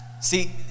See